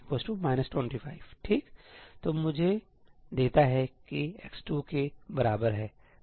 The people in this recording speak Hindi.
तो मुझे देता है कि x2 के बराबर है